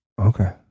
okay